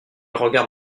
regarde